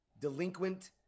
delinquent